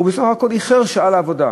הוא איחר בסך הכול בשעה לעבודה.